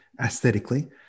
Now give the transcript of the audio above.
aesthetically